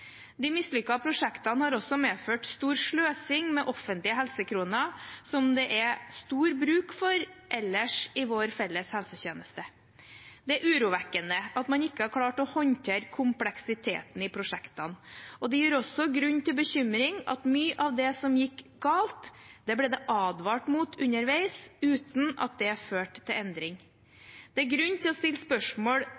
De mislykkede prosjektene har også medført stor sløsing med offentlige helsekroner som det er stor bruk for ellers i vår felles helsetjeneste. Det er urovekkende at man ikke har klart å håndtere kompleksiteten i prosjektene, og det gir også grunn til bekymring at mye av det som gikk galt, ble advart mot underveis, uten at det førte til endring.